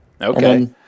Okay